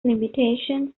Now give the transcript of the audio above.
limitations